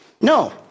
No